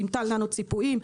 סימטל ננו-ציפויים,